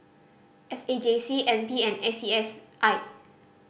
S A J C N P and A C S I